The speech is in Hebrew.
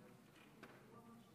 לך.